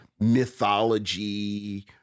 mythology